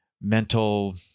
mental